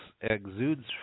exudes